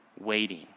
waiting